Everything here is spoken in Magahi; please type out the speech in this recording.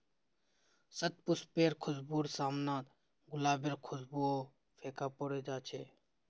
शतपुष्पेर खुशबूर साम न गुलाबेर खुशबूओ फीका पोरे जा छ